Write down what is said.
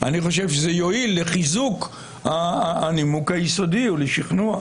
אני חושב שזה יועיל לחיזוק הנימוק היסודי או לשכנוע.